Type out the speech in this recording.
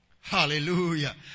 Hallelujah